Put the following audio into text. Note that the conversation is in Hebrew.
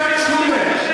צ'אק שומר,